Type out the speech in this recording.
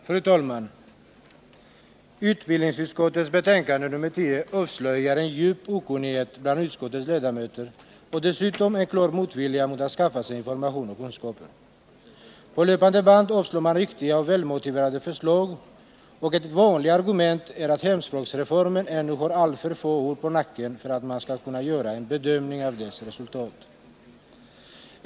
Fru talman! Utbildningsutskottets betänkande nr 10 avslöjar en djup okunnighet bland utskottets ledamöter och dessutom en klar motvilja mot att skaffa sig information och kunskaper. På löpande band avstyrker man riktiga och välmotiverade förslag, och ett vanligt argument är att hemspråksreformen ännu har allt för få år på nacken för att man skall kunna göra en bedömning av dess resultat.